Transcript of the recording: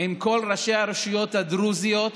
עם כל ראשי הרשויות הדרוזיות,